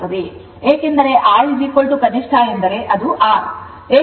ಏಕೆಂದರೆ I ಗರಿಷ್ಠ ಎಂದರೆ ಅದು R